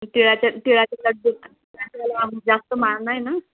तिळाच्या तिळाच्या लड्डू जास्त महाग नाही ना